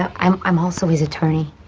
i'm i'm also his attorney,